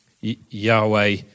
Yahweh